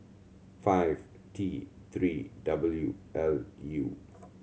five T Three W L U